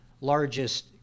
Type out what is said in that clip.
largest